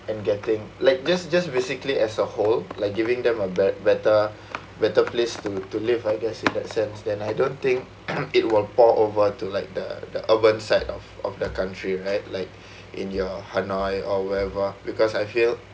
and getting like just just basically as a whole like giving them a bet~ better better place to to live I guess in that sense then I don't think it will pour over to like the the urban side of of the country right like in your hanoi or wherever because I feel